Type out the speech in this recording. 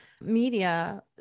media